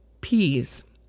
peas